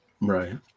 Right